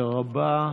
רבה.